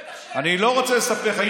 בטח, אני לא רוצה לספר לך.